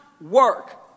work